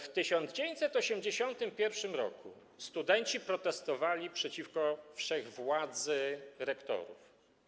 W 1981 r. studenci protestowali przeciwko wszechwładzy rektorów.